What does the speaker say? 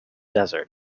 desert